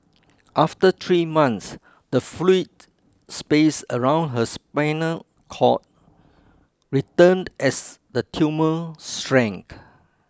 after three months the fluid space around her spinal cord returned as the tumour shrank